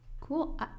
Cool